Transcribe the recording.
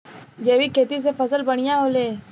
जैविक खेती से फसल बढ़िया होले